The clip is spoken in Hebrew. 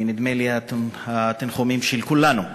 ונדמה לי התנחומים של כולנו,